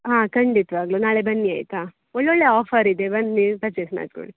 ಹಾಂ ಖಂಡಿತವಾಗ್ಲು ನಾಳೆ ಬನ್ನಿ ಆಯ್ತಾ ಒಳ್ಳೊಳ್ಳೆಯ ಆಫರ್ ಇದೆ ಬನ್ನಿ ಪರ್ಚೆಸ್ ಮಾಡ್ಕೊಳ್ಳಿ